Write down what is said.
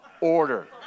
order